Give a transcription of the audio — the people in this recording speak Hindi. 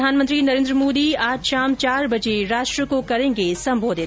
प्रधानमंत्री नरेन्द्र मोदी आज शाम चार बजे राष्ट्र को करेंगे संबोधित